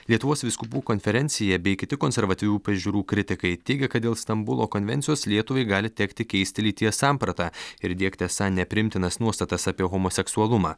lietuvos vyskupų konferencija bei kiti konservatyvių pažiūrų kritikai teigia kad dėl stambulo konvencijos lietuvai gali tekti keisti lyties sampratą ir diegti esą nepriimtinas nuostatas apie homoseksualumą